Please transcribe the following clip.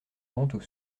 viendront